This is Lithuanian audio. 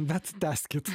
bet tęskit